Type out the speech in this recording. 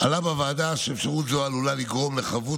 עלה בוועדה שאפשרות זו עלולה לגרום לחבות